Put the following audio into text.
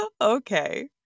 Okay